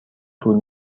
طول